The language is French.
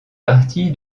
partie